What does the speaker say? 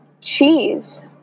Cheese